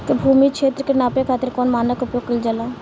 भूमि क्षेत्र के नापे खातिर कौन मानक के उपयोग कइल जाला?